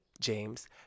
james